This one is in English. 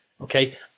okay